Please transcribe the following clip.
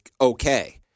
okay